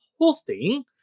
hosting